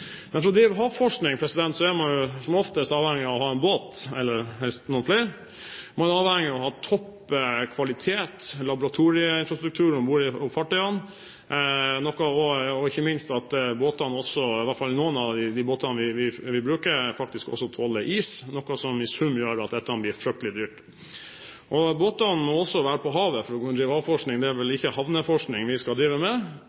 jeg det er grunn til å gi honnør til statsråden for at hun faktisk prioriterer å være til stede her likevel. Den forskningen som skjer i regi av fiskeriministeren, er av grunnleggende betydning for bosettingen langs hele kysten, som også statsråden selv var inne på. For å drive havforskning er man som oftest avhengig av å ha en båt, eller helst noen flere. Man er avhengig av å ha topp kvalitet, laboratorieinfrastruktur om bord i fartøyene, og ikke minst at båtene, i hvert fall noen av de båtene vi bruker, faktisk tåler is, noe som i sum gjør at